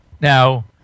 Now